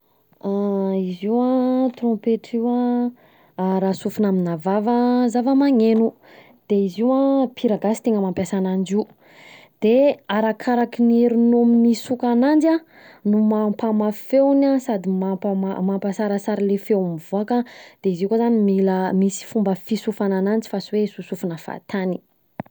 Izy io an trompetra io an raha sofina aminà vava zava-magneno, de izy io an mpihira gasy tegna mampiasa ananjy io, de arakaraka ny herinao misoka ananjy a, no mampa mafy feony an, sady mampa- mampasarasara le feony mivoaka de izy io koa zany mila, misy fomba fisofana ananjy fa tsy hoe sosofina fahatany.